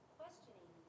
questioning